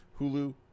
Hulu